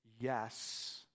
yes